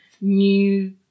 new